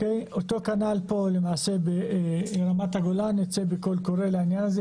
אותו כנ"ל פה ברמת הגולן נצא בקול קורא לעניין הזה.